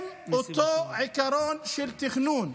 באותו עיקרון של תכנון,